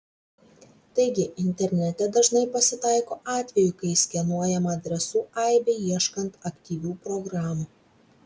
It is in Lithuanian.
taigi internete dažnai pasitaiko atvejų kai skenuojama adresų aibė ieškant aktyvių programų